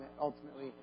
ultimately